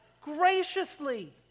graciously